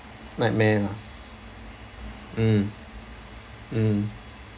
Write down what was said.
nightmare lah mm mm